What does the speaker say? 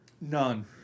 None